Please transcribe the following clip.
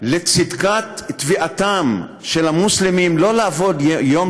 צדקת תביעתם של המוסלמים שלא לעבוד יום